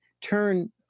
turn